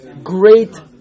Great